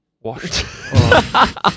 washed